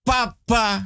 Papa